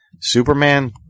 Superman